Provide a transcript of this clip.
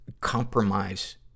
compromise